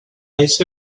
ese